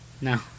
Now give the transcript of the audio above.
No